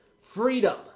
Freedom